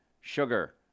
sugar